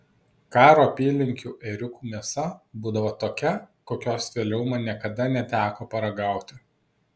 karo apylinkių ėriukų mėsa būdavo tokia kokios vėliau man niekada neteko paragauti